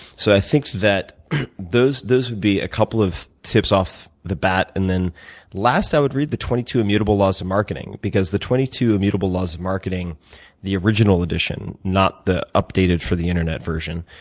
so i think that those those would be a couple of tips off the bat. and then last, i would read the twenty two immutable laws of marketing. because the twenty two immutable laws of marketing the original edition, not the updated for the internet version,